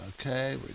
Okay